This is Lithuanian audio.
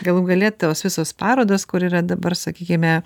galų gale tos visos parodos kur yra dabar sakykime